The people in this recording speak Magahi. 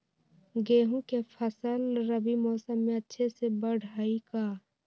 गेंहू के फ़सल रबी मौसम में अच्छे से बढ़ हई का?